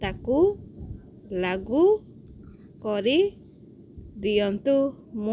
ତାକୁ ଲାଗୁ କରି ଦିଅନ୍ତୁ ମୁଁ